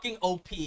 op